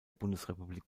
bundesrepublik